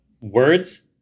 words